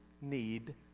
need